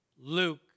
Luke